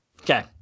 Okay